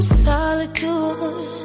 solitude